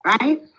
Right